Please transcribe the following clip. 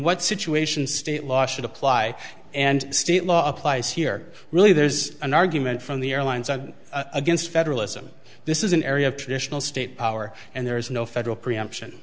what situation state law should apply and state law applies here really there is an argument from the airlines are against federalism this is an area of traditional state power and there is no federal preemption